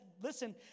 listen